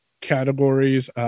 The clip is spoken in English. categories